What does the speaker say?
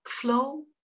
flow